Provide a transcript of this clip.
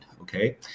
Okay